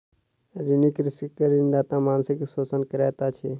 ऋणी कृषक के ऋणदाता मानसिक शोषण करैत अछि